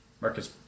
Marcus